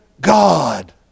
God